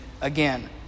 again